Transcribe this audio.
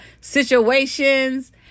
situations